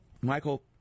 Michael